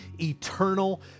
eternal